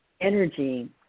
energy